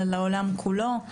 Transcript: אלא לעולם כולו.